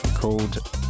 called